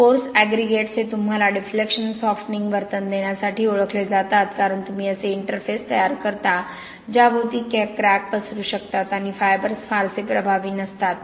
course aggregates हे तुम्हाला deflection softening वर्तन देण्यासाठी ओळखले जातात कारण तुम्ही असे इंटरफेस तयार करता ज्याभोवती क्रॅक पसरू शकतात आणि फायबर्स फारसे प्रभावी नसतात